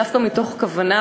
דווקא מתוך כוונה,